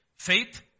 Faith